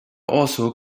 also